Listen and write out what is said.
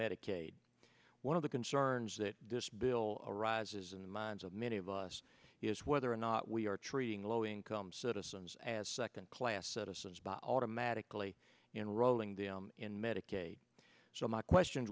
medicaid one of the concerns that this bill arises in the minds of many of us is whether or not we are treating low income citizens as second class citizens by automatically and rolling them in medicaid so my question